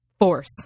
force